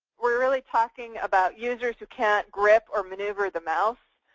were really talking about users who cannot grep or maneuver the mouse.